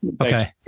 Okay